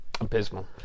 Abysmal